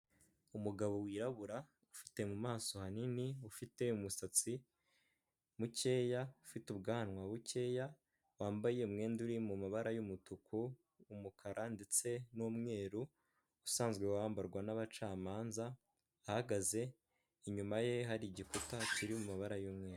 Umugabo wirabura ufite mu maso hanini ufite umusatsi mukeya, ufite ubwanwa bukeya, wambaye umwenda uri mu mabara y'umutuku, umukara ndetse n'umweru usanzwe wambarwa n'abacamanza, ahagaze inyuma ye hari igikuta kiri mu mabara y'umweru.